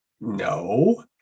no